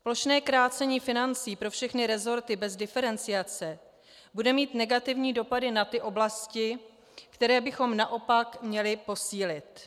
Plošné krácení financí pro všechny resorty bez diferenciace bude mít negativní dopady na ty oblasti, které bychom naopak měli posílit.